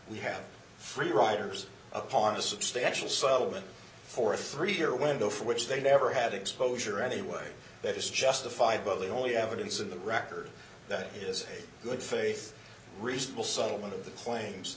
we have free riders upon a substantial solvent for a three year window for which they never had exposure anyway that is justified by the only evidence in the record that is a good faith reasonable settlement of the claims